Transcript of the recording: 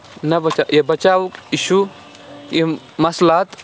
نہ بَچاوُک بچاوُک اِشوٗ یِم مَثلات